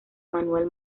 manuel